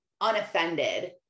unoffended